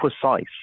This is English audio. precise